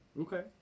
Okay